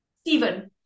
steven